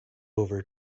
over